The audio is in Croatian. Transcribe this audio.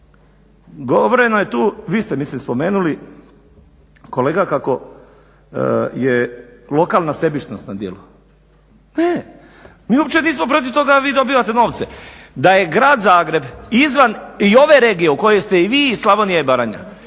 Govoreno je tu, vi ste mislim spomenuli kolega kako je lokalna sebičnost na djelu. Ne, mi uopće nismo protiv toga da vi dobivate novce. Da je Grad Zagreb izvan i ove regije u kojoj ste i vi i Slavonija i Baranja